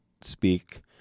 speak